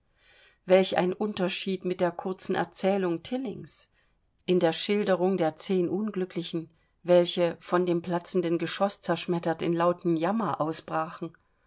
welch ein unterschied mit der kurzen erzählung tillings in der schilderung der zehn unglücklichen welche von dem platzenden geschoß zerschmettert in lauten jammer ausbrachen